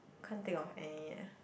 can't think of any leh